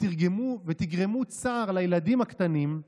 ותגרמו צער לילדים הקטנים,